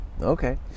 Okay